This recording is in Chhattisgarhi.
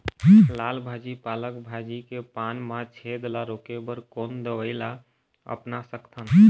लाल भाजी पालक भाजी के पान मा छेद ला रोके बर कोन दवई ला अपना सकथन?